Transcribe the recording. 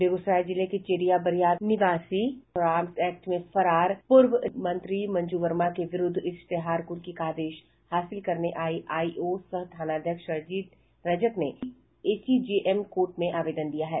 बेगूसराय जिले के चेरिया बरियारपुर निवासी और आर्म्स एक्ट में फरार पूर्व मंत्री मंजू वर्मा के विरूद्ध इश्तेहार क़र्की का आदेश हासिल करने के लिए आई ओ सह थानाध्यक्ष रणजीत रजक ने एसीजेएम कोर्ट में आवेदन दिया है